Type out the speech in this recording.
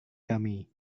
kami